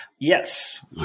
Yes